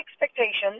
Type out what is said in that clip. expectations